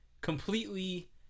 completely